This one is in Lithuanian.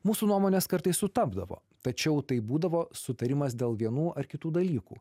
mūsų nuomonės kartais sutapdavo tačiau tai būdavo sutarimas dėl vienų ar kitų dalykų